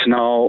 now